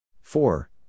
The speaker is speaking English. Four